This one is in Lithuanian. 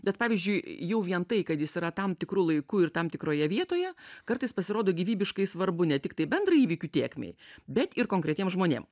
bet pavyzdžiui jau vien tai kad jis yra tam tikru laiku ir tam tikroje vietoje kartais pasirodo gyvybiškai svarbu ne tiktai bendrai įvykių tėkmei bet ir konkretiem žmonėm